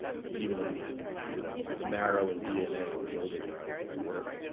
even in the you know the marrow and dna of the building where i i worked.